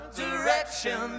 direction